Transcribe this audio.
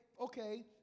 okay